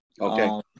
Okay